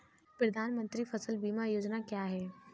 प्रधानमंत्री फसल बीमा योजना क्या है?